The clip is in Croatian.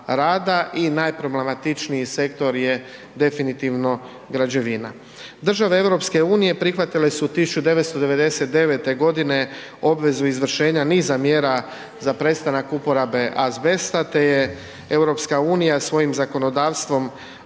i najproblematičniji sektor je definitivno građevina. Države EU prihvatile su 1999.g. obvezu izvršenja niza mjera za prestanak uporabe azbesta, te je EU svojim zakonodavstvom